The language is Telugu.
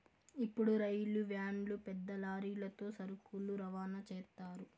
ఇప్పుడు రైలు వ్యాన్లు పెద్ద లారీలతో సరుకులు రవాణా చేత్తారు